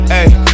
ayy